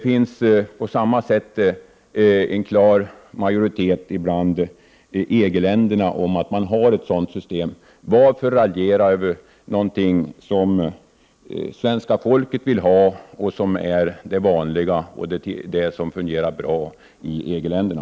En majoritet av EG-länderna har ett sådant system. Varför raljera över något som svenska folket vill ha, något som är vanligt och fungerar bra i EG-länderna?